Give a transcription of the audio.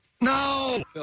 no